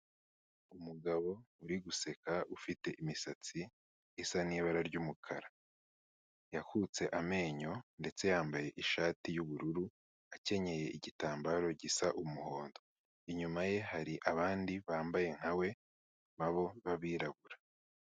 Umugabo uri guseka ufite imisatsi isa n'ibara ry'umukara, yakutse amenyo ndetse yambaye ishati y'ubururu, akenyeye igitambaro gisa umuhondo, inyuma ye hari abandi bambaye nka we na bo b'abirabura.